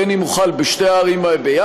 אם הוא חל בשתי הערים ביחד,